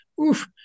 oof